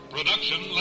Production